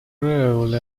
role